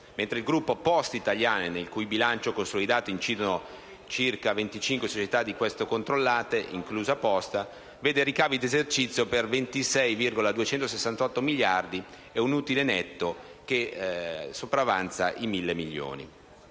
mentre il gruppo Poste italiane, nel cui bilancio consolidato incidono circa 25 società da questo controllate - inclusa Poste italiane - vede ricavi di esercizio per 26,268 miliardi ed un utile netto che sopravanza i 1.000 milioni.